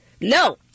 No